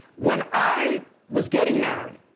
when i was getting married,